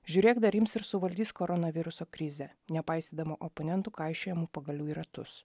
žiūrėk dar ims ir suvaldys koronaviruso krizę nepaisydama oponentų kaišiojamų pagalių į ratus